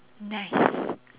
nice